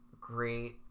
great